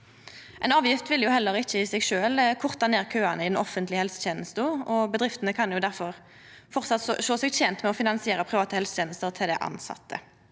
Ei avgift vil heller ikkje i seg sjølv korta ned køane i den offentlege helsetenesta, og bedriftene kan difor framleis sjå seg tente med å finansiera private helsetenester til dei tilsette.